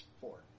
Four